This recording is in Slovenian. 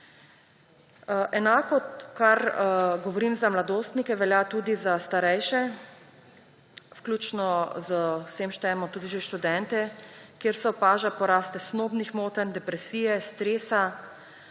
Enako, kar govorim za mladostnike, velja tudi za starejše, vključno sem štejemo tudi že študentje, kjer se opaža porast tesnobnih motenj, depresije, stresa,